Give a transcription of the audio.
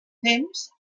temps